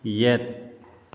ꯌꯦꯠ